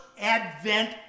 Advent